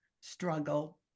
struggle